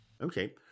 Okay